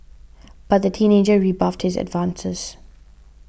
but the teenager rebuffed his advances